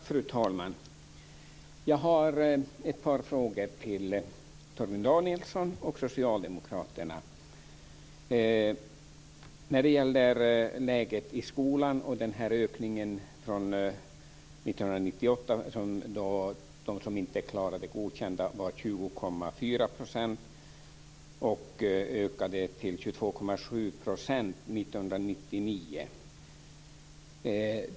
Fru talman! Jag har ett par frågor till Torgny Danielsson och socialdemokraterna. För det första gäller det läget i skolan och ökningen av antalet elever som inte klarade betyget Godkänd från 20,4 % 1998 till 22,7 % 1999.